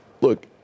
look